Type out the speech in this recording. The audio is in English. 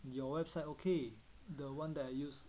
your website okay the one that I use